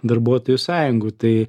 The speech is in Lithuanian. darbuotojų sąjungų tai